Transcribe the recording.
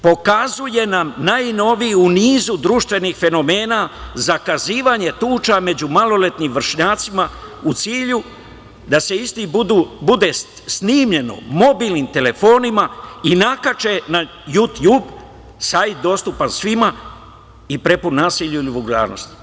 Pokazuje nam to najnoviji u nizu društvenih fenomena – zakazivanje tuča među maloletnim vršnjacima, u cilju da isti budu snimljeni mobilnim telefonima i nakače na Jutjub, sajt dostupan svima i prepun nasilja ili vulgarnosti.